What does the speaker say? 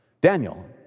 Daniel